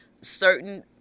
certain –